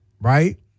right